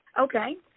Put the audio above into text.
Okay